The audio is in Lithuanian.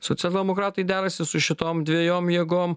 socialdemokratai derasi su šitom dvejom jėgom